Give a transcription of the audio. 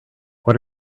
what